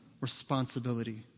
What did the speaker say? responsibility